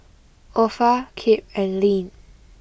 Opha Kip and Ilene